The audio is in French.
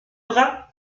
draps